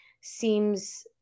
seems